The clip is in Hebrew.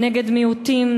נגד מיעוטים,